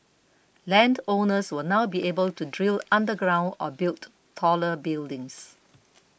land owners will now be able to drill underground or build taller buildings